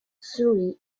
surrey